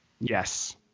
Yes